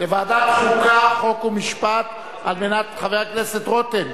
בוועדה שתקבע ועדת הכנסת נתקבלה.